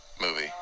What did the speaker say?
movie